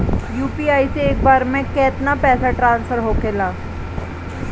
UPI से एक बार मे केतना पैसा ट्रस्फर होखे ला?